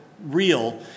Real